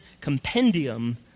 compendium